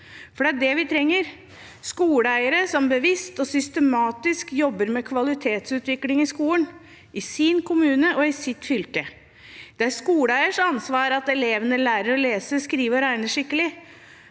Det er det vi trenger: skoleeiere som jobber bevisst og systematisk med kvalitetsutvikling i skolen, i sin kommune og i sitt fylke. Det er skoleeiers ansvar at elevene lærer å lese, skrive og regne skikkelig.